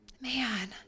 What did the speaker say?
Man